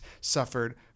suffered